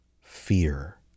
fear